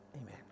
Amen